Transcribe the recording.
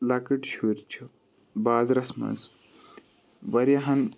لَکٕٹۍ شُرۍ چھِ بازرَس مَنٛز واریاہَن